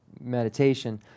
meditation